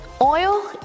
oil